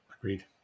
Agreed